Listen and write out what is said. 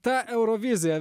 ta eurovizija